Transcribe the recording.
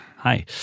Hi